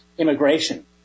Immigration